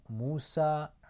Musa